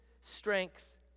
strength